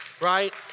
right